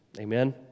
Amen